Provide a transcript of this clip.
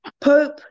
Pope